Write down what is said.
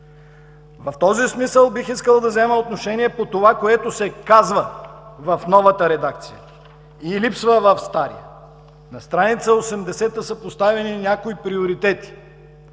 В този смисъл бих искал да взема отношение по това, което се казва в новата редакция и липсва в старата. На страница 80 са поставени някои приоритети.